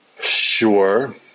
Sure